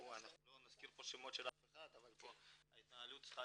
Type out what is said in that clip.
לא נזכיר כאן שמות של אף אחד אבל ההתנהלות צר יכה